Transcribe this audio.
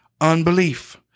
unbelief